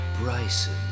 Bryson